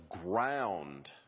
ground